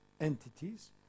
entities